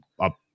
up